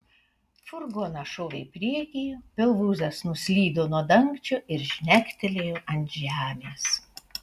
furgonas šovė į priekį pilvūzas nuslydo nuo dangčio ir žnegtelėjo ant žemės